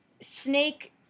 Snake